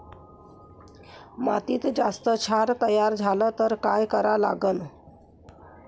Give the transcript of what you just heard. मातीत जास्त क्षार तयार झाला तर काय करा लागन?